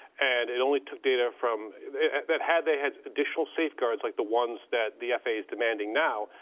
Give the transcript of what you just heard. and it only took data from that had they had additional safeguards, like the ones that the faa is demanding now,